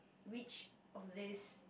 which of these